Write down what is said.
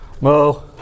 Mo